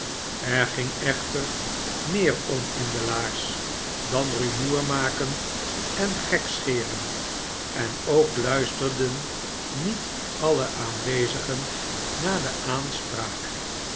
er ging echter meer om in de laars dan rumoermaken en gekscheren en ook luisterden niet alle aanwezigen naar de aanspraak